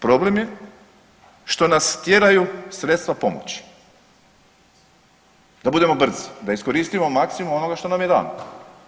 Problem je što nas tjeraju sredstva pomoći da budemo brzi, da iskoristimo maksimum onoga što nam je dano.